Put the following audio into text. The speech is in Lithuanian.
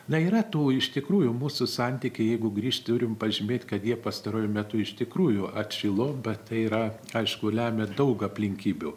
na yra tų iš tikrųjų mūsų santykiai jeigu grįšt turim pažymėt kad jie pastaruoju metu iš tikrųjų atšilo bet tai yra aišku lemia daug aplinkybių